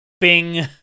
Bing